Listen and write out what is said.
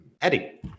Eddie